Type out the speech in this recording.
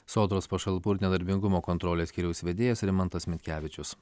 sodros pašalpų ir nedarbingumo kontrolės skyriaus vedėjas rimantas mitkevičius